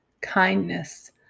kindness